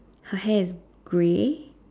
her hair is grey